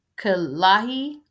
Kalahi